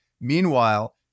Meanwhile